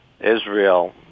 Israel